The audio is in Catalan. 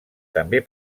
també